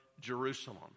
jerusalem